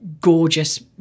Gorgeous